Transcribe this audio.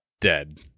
dead